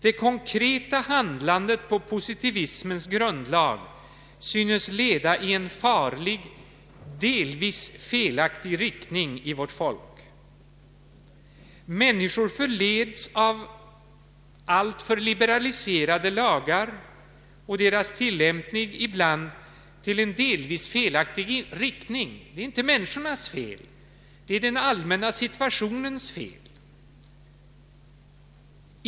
Det konkreta handlandet på positivismens grund synes leda i en farlig, delvis felaktig riktning. Människor förleds av alltför liberaliserade lagar och deras tillämpning ibland till en delvis felaktig inriktning. Det är inte människornas fel utan den allmänna situationens fel.